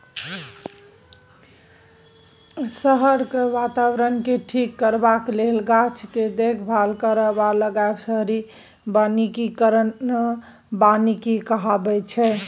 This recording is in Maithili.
शहरक बाताबरणकेँ ठीक करबाक लेल गाछ केर देखभाल करब आ लगाएब शहरी बनिकी कहाइ छै